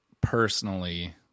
personally